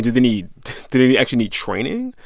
do they need do they actually need training?